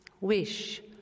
wish